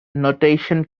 notation